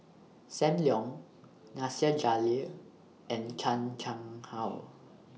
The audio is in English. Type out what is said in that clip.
SAM Leong Nasir Jalil and Chan Chang How